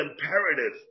imperative